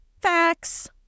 Facts